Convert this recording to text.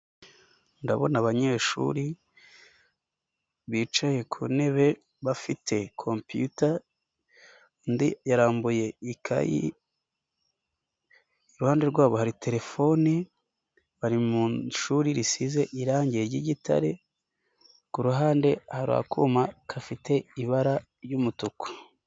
Ndabona abanyeshuri bicaye ku ntebe bafite compiyuta, undi yarambuye ikayi, iruhande rwabo hari telefone, bari mu ishuri risize irangi ry'igitare, ku ruhande hari akuma gafite ibara ry'umutuku.